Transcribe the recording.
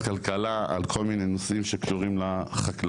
הכלכלה על כל מיני נושאים שקשורים לחקלאות.